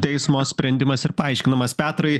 teismo sprendimas ir paaiškinamas petrai